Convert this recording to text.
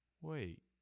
wait